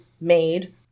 made